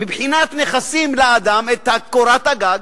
מבחינת נכסים, לאדם, את קורת-הגג,